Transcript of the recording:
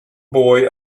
boy